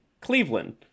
Cleveland